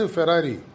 Ferrari